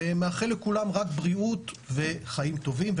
ומאחל לכולם רק בריאות וחיים טובים,